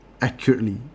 accurately